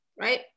right